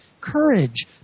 Courage